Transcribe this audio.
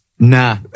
Nah